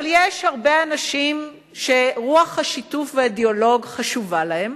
יש הרבה אנשים שרוח השיתוף והדיאלוג חשובה להם,